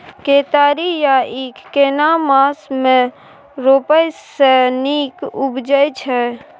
केतारी या ईख केना मास में रोपय से नीक उपजय छै?